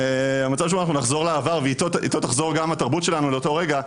המצב שאנחנו נחזור לעבר ואיתו תחזור גם התרבות שלנו לאותו רגע,